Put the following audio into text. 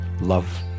love